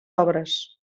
obres